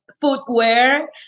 footwear